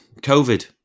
Covid